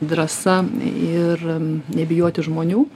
drąsa ir nebijoti žmonių